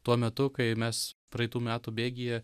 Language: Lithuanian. tuo metu kai mes praeitų metų bėgyje